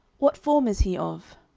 what form is he of?